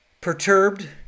Perturbed